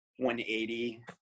180